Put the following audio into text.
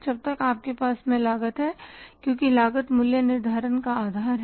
जब तक आपके पास लागत है क्योंकि लागत मूल्य निर्धारण का आधार है